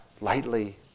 lightly